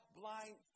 blind